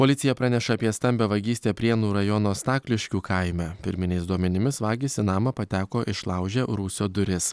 policija praneša apie stambią vagystę prienų rajono stakliškių kaime pirminiais duomenimis vagys į namą pateko išlaužę rūsio duris